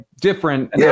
different